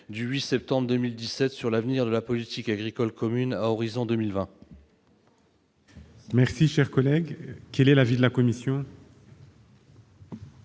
du 8 septembre 2017 sur l'avenir de la politique agricole commune à l'horizon 2020. Quel est l'avis de la commission ?